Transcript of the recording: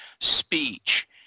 speech